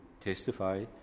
testify